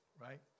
right